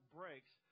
breaks